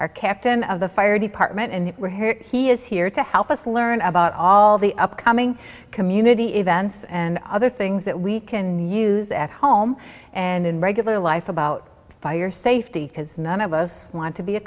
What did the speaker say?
our captain of the fire department and we're here he is here to help us learn about all the upcoming community events and other things that we can use at home and in regular life about by your safety because none of us want to be a